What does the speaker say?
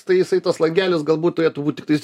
tai jisai tas langelis galbūt turėtų būt tiktais